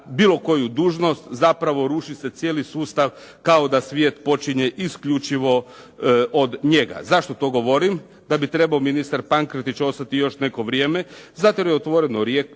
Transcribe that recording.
bilo koju dužnost, zapravo ruši se cijeli sustav kao da svijet počinje isključivo od njega. Zašto to govorim da bi trebao ministar Pankretić ostati još neko vrijeme? Zato jer je otvoreno rekao